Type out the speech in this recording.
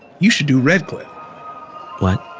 you should do red cliff what?